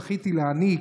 זכיתי להעניק,